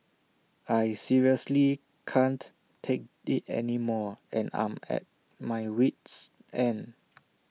I seriously can't take IT anymore and I'm at my wit's end